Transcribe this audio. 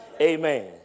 Amen